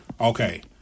Okay